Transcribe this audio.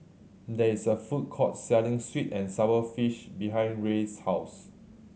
there is a food court selling sweet and sour fish behind Rey's house